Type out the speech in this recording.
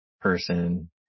person